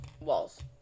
Walls